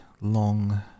long